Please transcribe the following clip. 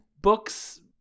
books